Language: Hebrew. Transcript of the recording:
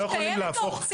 יש, קיימת אופציה.